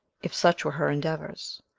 if such were her endeavors.